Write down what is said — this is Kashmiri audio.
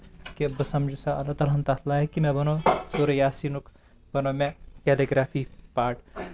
کہِ بہٕ سَمجہٕ سُہ للہ تعالہن تَتھ لایَق کہِ مےٚ بَنوو سورہ یٰس نُک بَنو مےٚ کیلِگریفی پارٹ